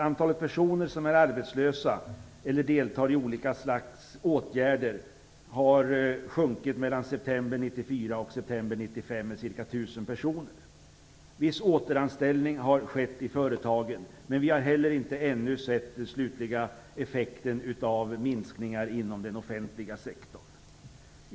Antalet personer som är arbetslösa eller deltar i olika slags åtgärder har sjunkit med ca 1 000 personer från september 1994 till september 1995. Viss återanställning har skett i företagen, men vi har ännu inte sett den slutliga effekten av minskningarna inom den offentliga sektorn.